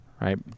right